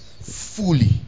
fully